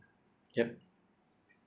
yup